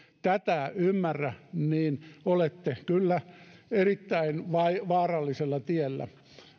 tätä ymmärrä niin olette kyllä erittäin vaarallisella tiellä